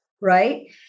right